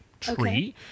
tree